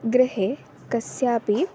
गृहे कस्यापि